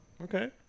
Okay